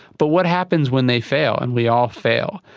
but what happens when they fail? and we all fail.